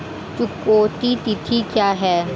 चुकौती तिथि क्या है?